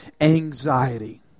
anxiety